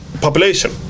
population